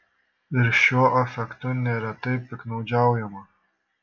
ir šiuo afektu neretai piktnaudžiaujama